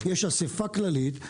יש אסיפה כללית,